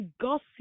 gossip